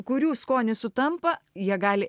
kurių skonis sutampa jie gali